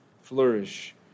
flourish